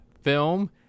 film